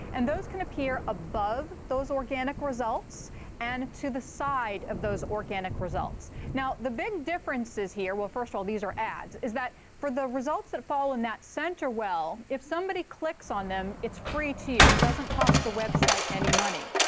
and those can appear above those organic results and to the side of those organic results. now the big differences here well, first of all, these are ads is that for the results that fall in that center well, if somebody clicks on them, it's free to you. it doesn't cost the website any money.